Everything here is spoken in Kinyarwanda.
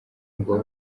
ngo